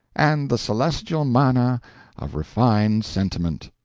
and the celestial manna of refined sentiment.